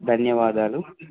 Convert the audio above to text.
ధన్యవాదాలు